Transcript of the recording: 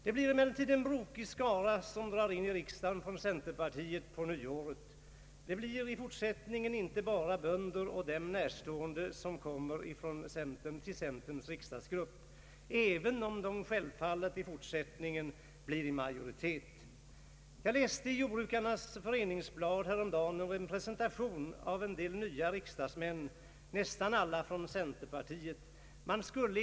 Det blir emellertid en brokig skara från centerpartiet som drar in i riksdagen på nyåret. Det blir i fortsättningen inte bara bönder och dem närstående som kommer till centerns riksdagsgrupp, även om den kategorin självfallet i fortsättningen blir i majoritet. Jag läste i Jordbrukarnas Föreningsblad häromdagen en presentation av en del nya riksdagsmän, nästan alla från centerpartiet.